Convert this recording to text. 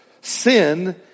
Sin